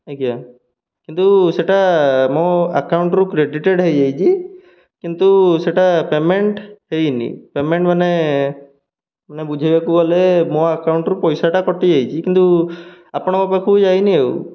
ଆଜ୍ଞା କିନ୍ତୁ ସେଟା ମୋ ଆକାଉଣ୍ଟରୁ କ୍ରେଡ଼ିଟେଡ଼୍ ହୋଇଯାଇଛି କିନ୍ତୁ ସେଟା ପେମେଣ୍ଟ ହୋଇନି ପେମେଣ୍ଟ ମାନେ ମାନେ ବୁଝେଇବାକୁ ଗଲେ ମୋ ଆକାଉଣ୍ଟରୁ ପଇସାଟା କଟିଯାଇଛି କିନ୍ତୁ ଆପଣଙ୍କ ପାଖକୁ ଯାଇନି ଆଉ